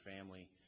family